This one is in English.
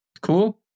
Cool